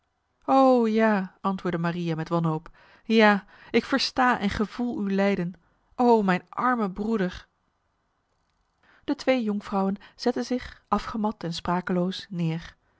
o ja antwoordde maria met wanhoop ja ik versta en gevoel uw lijden o mijn arme broeder de twee jonkvrouwen zetten zich afgemat en sprakeloos neer